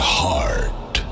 heart